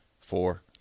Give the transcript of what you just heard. four